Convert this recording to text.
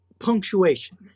punctuation